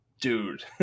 dude